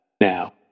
now